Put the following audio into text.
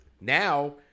now